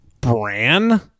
Bran